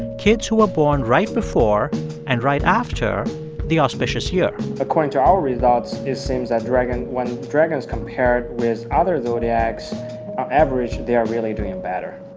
kids who are born right before and right after the auspicious year according to our results, it seems that dragon when dragons compared with other zodiacs, on average, they are really doing better